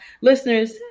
listeners